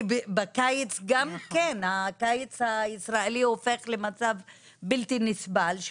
כי גם הקיץ הישראלי הופך למצב בלתי נסבל.